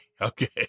Okay